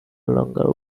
longer